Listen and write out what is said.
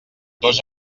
dos